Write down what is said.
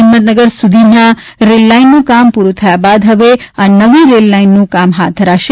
હિંમતનગર સુધીના રેલ લાઇનનું કામ પૂરૂ થયા બાદ હવે આ નવી લાઇનનું કામ હાથ પર ધરાશે